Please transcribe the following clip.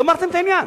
וגמרתם את העניין.